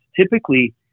typically